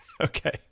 Okay